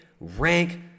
rank